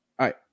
right